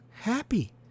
happy